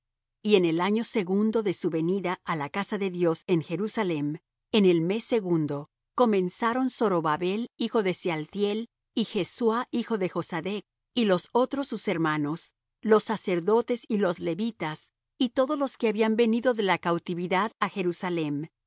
y en el año segundo de su venida á la casa de dios en jerusalem en el mes segundo comenzaron zorobabel hijo de sealthiel y jesuá hijo de josadec y los otros sus hermanos los sacerdotes y los levitas y todos los que habían venido de la cautividad á jerusalem